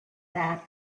that